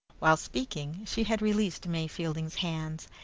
while speaking, she had released may fielding's hands,